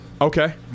Okay